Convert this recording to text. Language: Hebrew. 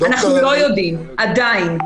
אנחנו לא יודעים עדיין,